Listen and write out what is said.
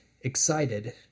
excited